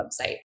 website